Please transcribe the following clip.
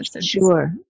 Sure